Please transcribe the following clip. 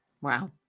Wow